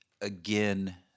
again